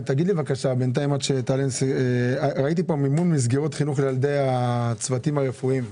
בינתיים - ראיתי פה מימון מסגרות חינוך לילדי הצוותים הרפואיים.